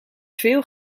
veel